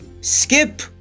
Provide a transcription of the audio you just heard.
skip